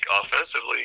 offensively